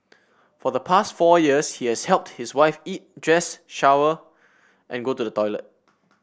for the past four years he has helped his wife eat dress shower and go to the toilet